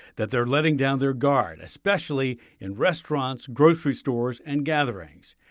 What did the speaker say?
that they're letting down their guard especially in restaurants, grocery stores, and gatherings.